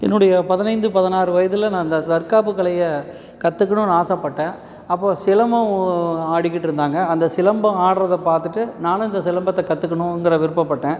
என்னுடைய பதினைந்து பதினாறு வயதில் நான் இந்த தற்காப்பு கலையை கற்றுக்குணுன்னு ஆசைப்பட்டேன் அப்போது சிலம்பம் ஆடிக்கிட்டு இருந்தாங்க அந்த சிலம்பம் ஆடுறத பார்த்துட்டு நான் இந்த சிலம்பத்தை கற்றுக்குணுங்குற விருப்பப்பட்டேன்